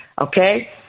Okay